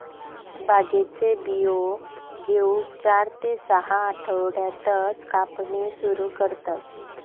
भांगेचे बियो घेऊक चार ते सहा आठवड्यातच कापणी सुरू करतत